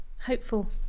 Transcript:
hopeful